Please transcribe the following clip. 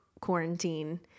quarantine